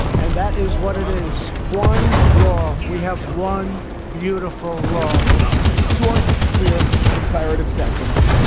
and that is what it is. one law. we have one beautiful law short, clear, declarative sentence.